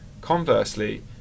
Conversely